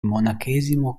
monachesimo